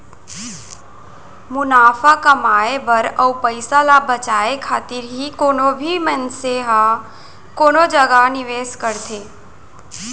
मुनाफा कमाए बर अउ पइसा ल बचाए खातिर ही कोनो भी मनसे ह कोनो जगा निवेस करथे